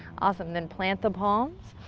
awesome. then plant the palms,